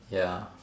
ya